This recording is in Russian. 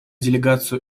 делегацию